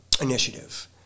initiative